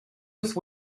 wrth